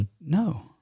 No